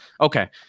Okay